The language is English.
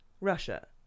Russia